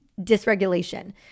dysregulation